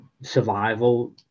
survival